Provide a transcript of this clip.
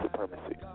supremacy